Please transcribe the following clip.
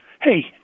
hey